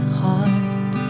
heart